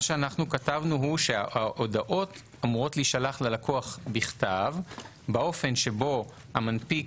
כתבנו שההודעות אמורות להישלח ללקוח בכתב באופן שבו המנפיק